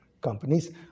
companies